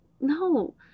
no